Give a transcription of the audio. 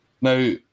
now